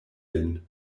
lin